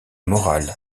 moral